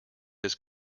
his